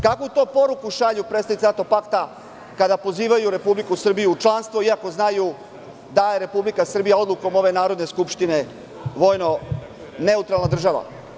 Kakvu to poruku šalju predstavnici NATO pakta kada pozivaju Republiku Srbiju u članstvo, iako znaju da je Republika Srbija odlukom ove Narodne skupštine vojno neutralna država?